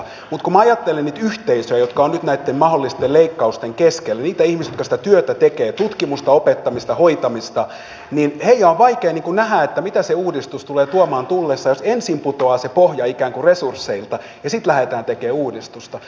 mutta kun minä ajattelen niitä yhteisöjä jotka ovat nyt näitten mahdollisten leikkausten keskellä niitä ihmisiä jotka sitä työtä tekevät tutkimusta opettamista hoitamista niin heidän on vaikea nähdä mitä se uudistus tulee tuomaan tullessaan jos ensin putoaa se pohja ikään kuin resursseilta ja sitten lähdetään tekemään uudistusta